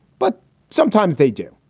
but sometimes they do.